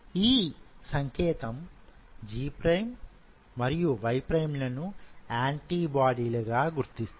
ఈ సంకేతం G prime Y prime లను ఆంటీబాడీలు గా గుర్తిస్తుంది